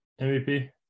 MVP